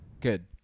good